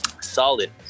Solid